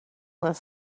list